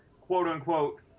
quote-unquote